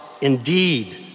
indeed